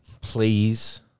Please